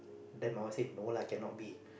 then my mum say no lah cannot be